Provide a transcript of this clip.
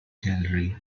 gallery